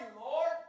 Lord